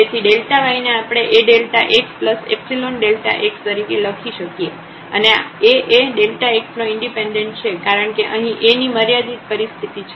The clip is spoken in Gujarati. તેથી y ને આપણે AΔxϵΔx તરીકે લખી શકીએ છીએ અને આ A એ x નો ઇન્ડિપેન્ડન્ટ છે કારણકે અહીં A ની મર્યાદિત પરિસ્થિતિ છે